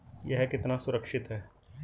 यह कितना सुरक्षित है?